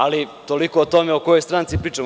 Ali, toliko o tome o kojoj stranci pričamo.